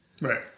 Right